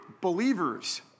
believers